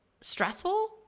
stressful